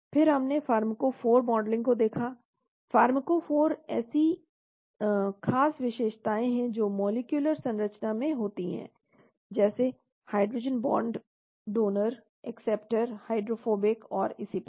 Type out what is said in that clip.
फिर हमने pharmacophore modelling को देखा फ़ार्माकोफ़ोर ऐसी खास विशेषताएं हैं जो मॉलिक्यूलर संरचना में होती है जैसे hydrogen bond donor acceptor hydrophobic और इसी प्रकार